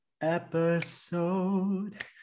Episode